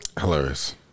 Hilarious